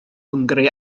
hwngari